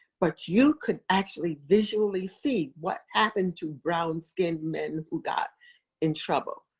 but you could actually visually see what happened to brown skinned men who got in trouble.